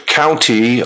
county